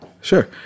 Sure